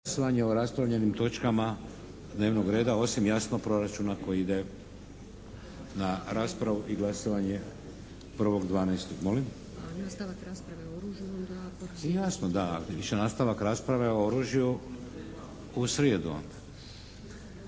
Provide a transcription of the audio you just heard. Glasovanje o raspravljenim točkama dnevnog reda, osim jasno proračuna koji ide na raspravu i glasovanje 1.12. … /Upadica se ne čuje./ … Molim? … /Upadica se ne čuje./ … Jasno, da ići će nastavak rasprave o oružju u srijedu onda.